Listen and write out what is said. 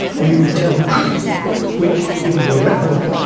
or you could tell the truth which, given your record,